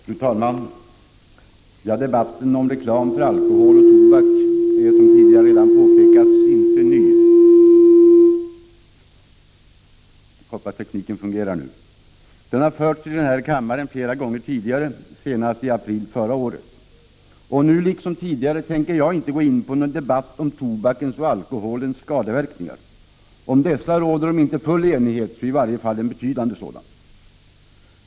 Fru talman! Debatten om reklam för alkohol och tobak är, som redan tidigare påpekats, inte ny. Den har förts i denna kammare flera gånger tidigare, senast i april förra året. Jag tänker inte gå in på en debatt om tobakens och alkoholens skadeverkningar. Om dessa råder, om inte fullständig enighet så i varje fall en betydande sådan.